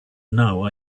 now